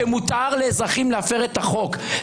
שמותר לאזרחים להפר את החוק.